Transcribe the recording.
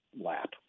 lap